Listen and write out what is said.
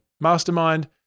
mastermind